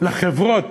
לחברות